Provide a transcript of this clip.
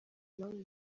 impamvu